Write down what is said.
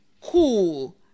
cool